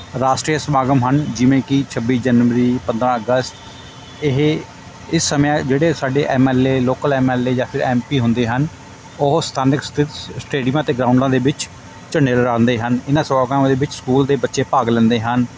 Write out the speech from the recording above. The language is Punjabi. ਰਾਸ਼ਟਰੀਏ ਸਮਾਗਮ ਹਨ ਜਿਵੇਂ ਕਿ ਛੱਬੀ ਜਨਵਰੀ ਪੰਦਰਾਂ ਅਗਸਤ ਇਹ ਇਸ ਸਮੇਂ ਜਿਹੜੇ ਸਾਡੇ M L A local M L A ਜਾਂ ਫਿਰ ਐੱਮ ਪੀ ਹੁੰਦੇ ਹਨ ਉਹ ਸਥਾਨਕ ਸਥਿਤ ਸਟੇਡੀਮਾਂ ਅਤੇ ਗਰਾਊਂਡਾਂ ਦੇ ਵਿੱਚ ਝੰਡੇ ਲਹਿਰਾਉਂਦੇ ਹਨ ਇਹਨਾਂ ਸਮਾਗਮਾਂ ਦੇ ਵਿੱਚ ਸਕੂਲ ਦੇ ਬੱਚੇ ਭਾਗ ਲੈਂਦੇ ਹਨ